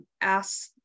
ask